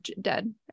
Dead